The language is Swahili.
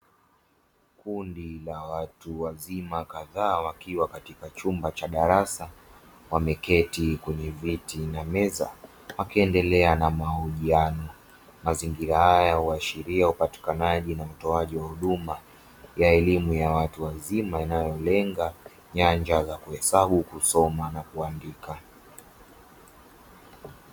Kundi la watu wazima kadhaa wakiwa katika chumba cha darasa wameketi kwenye viti na meza, akiendelea na mahojiano. Mazingira haya yanaashiria utoaji wa huduma ya elimu ya watu wazima, inayolenga nyanja za kuhesabu, kusoma na kuandika.